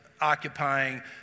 occupying